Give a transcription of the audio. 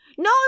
No